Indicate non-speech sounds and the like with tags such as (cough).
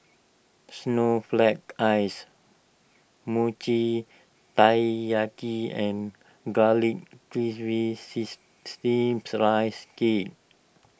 Snowflake Ice Mochi Taiyaki and Garlic Chives (noise) Steamed Rice Cake